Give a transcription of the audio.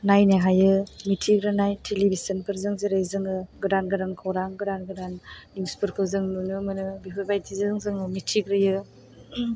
नायनो हायो मिथिग्रोनाय थिलि बिसोनफोरजों जेरै जोङो गोदान गोदान खौरां गोदान गोदान निउसफोरखौ जों नुनो मोनो बेफोरबायदिजों जोङो मिथिग्रोयो